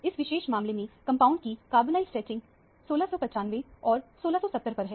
इस विशेष मामले में कंपाउंड की कार्बोनाइल स्ट्रैचिंग फ्रिकवेंसी 1695 और 1670 पर है